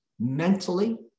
mentally